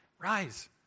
Rise